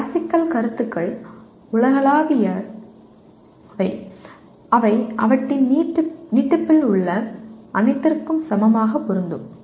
classical கருத்துக்கள் உலகளாவியவை அவை அவற்றின் நீட்டிப்பில் உள்ள அனைத்திற்கும் சமமாக பொருந்தும்